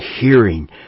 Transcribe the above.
hearing